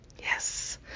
Yes